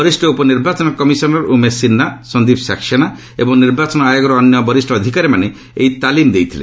ବରିଷ୍ଣ ଉପନିର୍ବାଚନ କମିଶନର ଉମେଶ ସିହ୍ନା ସନ୍ଦୀପ ସାକ୍ସେନା ଏବଂ ନିର୍ବାଚନ ଆୟୋଗର ଅନ୍ୟ ବରିଷ୍ଠ ଅଧିକାରୀମାନେ ଏହି ତାଲିମ୍ ଦେଇଥିଲେ